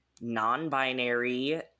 non-binary